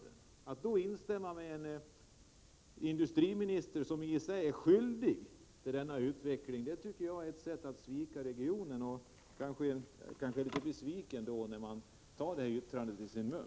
65 Att då instämma med en industriminister som i sig är skyldig till denna utveckling, tycker jag är ett sätt att svika regionen. Jag blir besviken när jag hör någon ta sådana yttranden i sin mun.